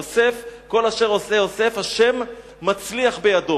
יוסף כל אשר עושה יוסף השם מצליח בידו.